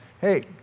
hey